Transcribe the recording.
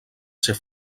ser